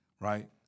right